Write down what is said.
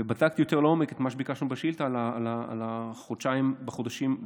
בדקתי יותר לעומק את מה שביקשתם בשאילתה על החודשיים האחרונים,